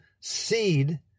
seed